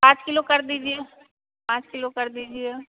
पाँच किलो कर दीजिए पाँच किलो कर दीजिए